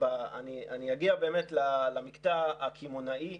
אני אגיע למקטע הקמעונאי.